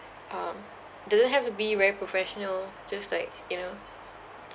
um doesn't have to be very professional just like you know